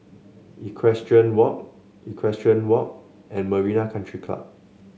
Equestrian Walk Equestrian Walk and Marina Country Club